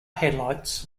headlights